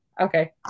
Okay